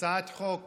הצעת חוק